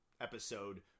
episode